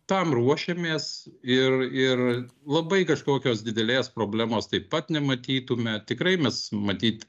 tam ruošėmės ir ir labai kažkokios didelės problemos taip pat nematytume tikrai mes matyt